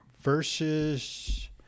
versus